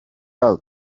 out